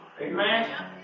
Amen